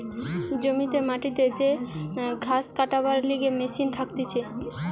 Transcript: জমিতে মাটিতে যে ঘাস কাটবার লিগে মেশিন থাকতিছে